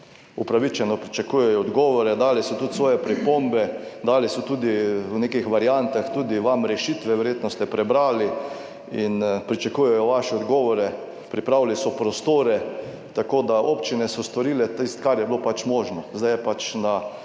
upravičeno pričakujejo odgovore. Dali so tudi svoje pripombe, dali so tudi v nekih variantah tudi vam rešitve, verjetno ste prebrali, in pričakujejo vaše odgovore. Pripravili so prostore, tako da občine so storile tisto, kar je bilo pač možno,